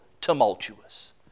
tumultuous